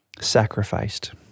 sacrificed